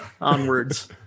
onwards